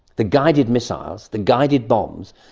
the guided missiles, the guided bombs,